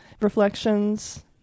reflections